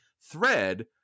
thread